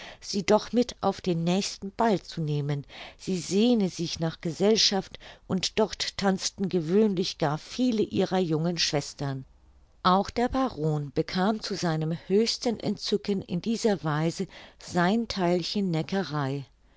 sie doch mit auf den nächsten ball zu nehmen sie sehne sich nach gesellschaft und dort tanzten gewöhnlich gar viele ihrer jungen schwestern auch der baron bekam zu seinem höchsten entzücken in dieser weise sein theilchen neckerei